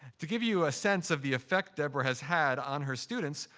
to give you a sense of the effect deborah has had on her students,